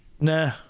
Nah